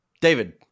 David